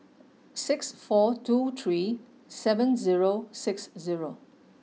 six four two three seven zero six zero